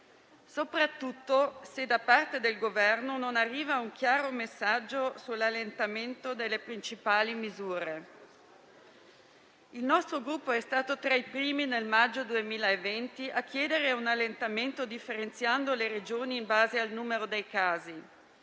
soprattutto se da parte del Governo non arriva un chiaro messaggio sull'allentamento delle principali misure. Il nostro Gruppo è stato tra i primi, nel maggio 2020, a chiedere un allentamento, differenziando le Regioni in base al numero dei casi.